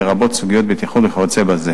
לרבות סוגיות בטיחות וכיוצא בהן.